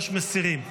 3, מסירים.